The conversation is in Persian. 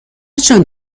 چند